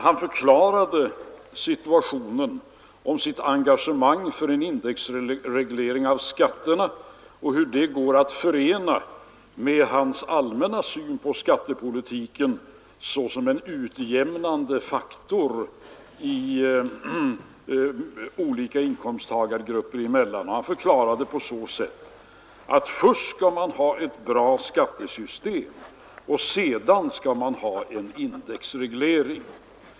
Han förklarade situationen om sitt engagemang för en indexreglering av skatterna och hur det går att förena med hans allmänna syn på skattepolitik som en utjämnande faktor olika inkomsttagargrupper emellan. Herr Fälldin förklarade det på det sättet att man först skall ha ett bra skattesystem och sedan en indexreglering.